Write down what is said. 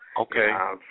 Okay